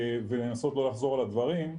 ולנסות לא לחזור על הדברים,